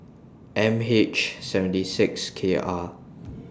M H seventy six K R